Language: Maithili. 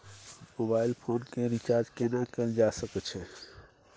मोबाइल फोन के रिचार्ज केना कैल जा सकै छै?